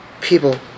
people